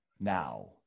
now